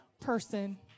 person